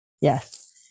Yes